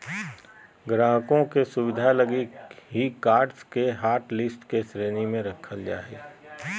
ग्राहकों के सुविधा लगी ही कार्ड्स के हाटलिस्ट के श्रेणी में रखल जा हइ